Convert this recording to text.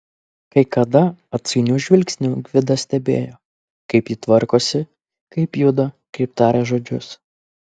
kai kada atsainiu žvilgsniu gvidas stebėjo kaip ji tvarkosi kaip juda kaip taria žodžius